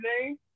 name